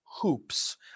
hoops